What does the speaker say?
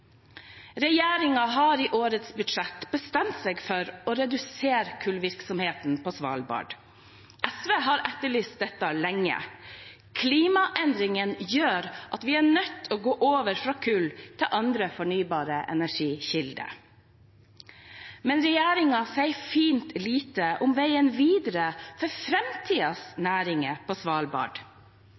har i årets budsjett bestemt seg for å redusere kullvirksomheten på Svalbard. SV har etterlyst dette lenge. Klimaendringene gjør at vi er nødt til å gå over fra kull til andre fornybare energikilder. Men regjeringen sier fint lite om veien videre for framtidens næringer på Svalbard.